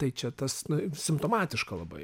tai čia tas nu simptomatiška labai